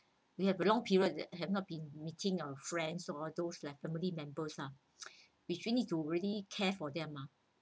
had a long period that have not been meeting our friends or those like family members ah we need really care for them ah